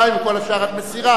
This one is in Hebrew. וכל השאר את מסירה,